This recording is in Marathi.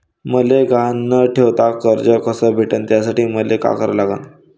मले गहान न ठेवता कर्ज कस भेटन त्यासाठी मले का करा लागन?